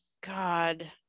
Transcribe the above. god